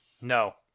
No